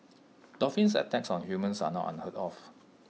dolphins attacks on humans are not unheard of